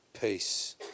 peace